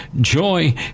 joy